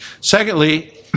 Secondly